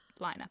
lineup